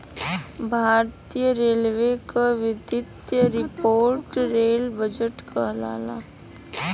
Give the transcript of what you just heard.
भारतीय रेलवे क वित्तीय रिपोर्ट रेल बजट कहलाला